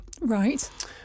Right